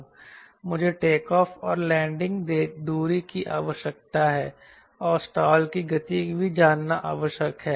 मुझे टेकऑफ़ और लैंडिंग दूरी की आवश्यकता है और स्टाल की गति भी जानना आवश्यक है